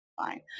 Fine